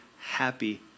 happy